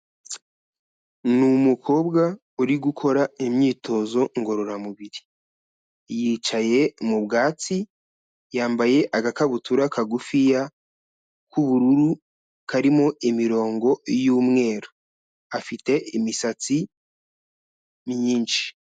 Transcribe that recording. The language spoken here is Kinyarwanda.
Ni umukobwa uri gukora imyitozo ngororamubiri, yicaye mu bwatsi yambaye agakabutura kagufiya k'ubururu, karimo imirongo y'umweru, afite imisatsi myinshi.